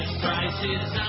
prices